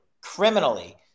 criminally